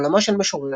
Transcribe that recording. עולמה של משוררת,